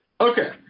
Okay